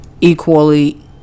equally